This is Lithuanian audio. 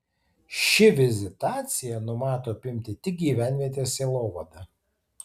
ši vizitacija numato apimti tik gyvenvietės sielovadą